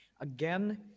Again